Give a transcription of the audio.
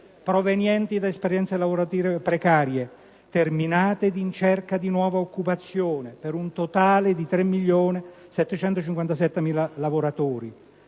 provenienti da esperienze lavorative precarie terminate ed in cerca di nuova occupazione, per un totale di 3.757.000 lavoratori.